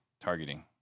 targeting